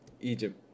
Egypt